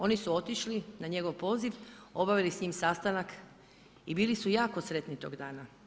Oni su otišli na njegov poziv, obavili s njim sastanak i bili su jako sretni tog dana.